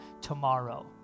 tomorrow